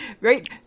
right